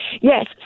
Yes